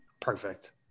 Perfect